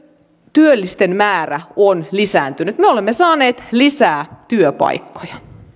työllisten määrä on lisääntynyt me olemme saaneet lisää työpaikkoja